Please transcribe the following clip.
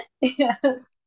Yes